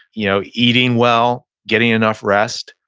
you know eating well, getting enough rest,